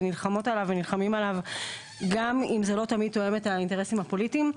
ונלחמות ונלחמים עליו גם אם זה לא תמיד תואם את האינטרסים הפוליטיים.